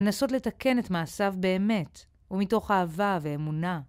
לנסות לתקן את מעשיו באמת, ומתוך אהבה ואמונה.